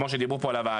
כמו שדיברו פה על הוועדה,